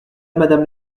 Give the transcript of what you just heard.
madame